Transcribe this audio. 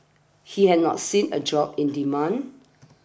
he had not seen a drop in demand